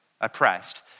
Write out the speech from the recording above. oppressed